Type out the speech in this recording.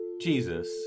Jesus